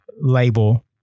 label